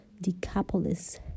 Decapolis